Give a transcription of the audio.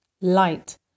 light